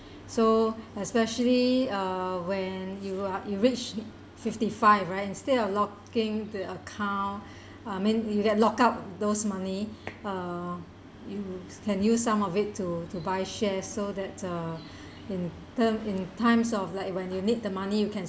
so especially uh when you are you reach fifty five right instead of locking the account I mean you lock lock up those money uh you can use some of it to to buy share so that uh in terms in times of like you when you need the money you can